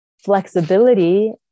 flexibility